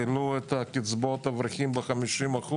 העלו את הקצבאות לאברכים ב-50%,